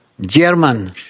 German